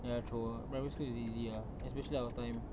ya true ah primary school is easy ah especially our time